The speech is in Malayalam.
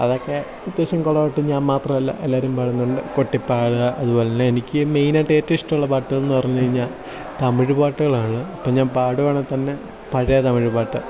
അതൊക്കെ അത്യാവശ്യം കുറെ വട്ടം ഞാൻ മാത്രമല്ല എല്ലാവരും പാടുന്നുണ്ട് കൊട്ടി പാടുക അതുപോലെ തന്നെ എനിക്കും മെയിനായിട്ടും എറ്റവും ഇഷ്ടമുള്ള പാട്ടുകൾ എന്ന് പറഞ്ഞു കഴിഞ്ഞാൽ തമിഴ് പാട്ടുകളാണ് ഇപ്പം ഞാൻ പാടുകയാണെങ്കിൽ തന്നെ പഴയ തമിഴ് പാട്ട്